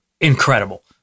Incredible